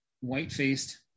white-faced